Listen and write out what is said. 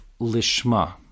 lishma